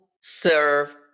serve